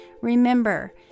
Remember